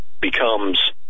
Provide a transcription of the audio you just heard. becomes